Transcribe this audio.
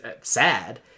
sad